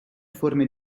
forme